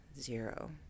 zero